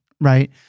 right